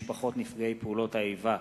משפחות נפגעי פעולות האיבה),